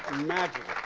magic,